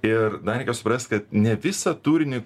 ir dar reikia suprast kad ne visą turinį